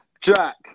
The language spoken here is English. Jack